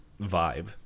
vibe